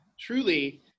truly